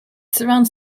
surrounds